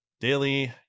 daily